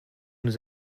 nous